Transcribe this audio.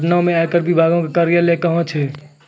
पटना मे आयकर विभागो के कार्यालय कहां छै?